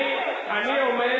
אני עומד,